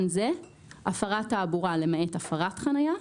"הפרת תעבורה" למעט הפרת חניה.